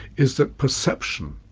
is that perception,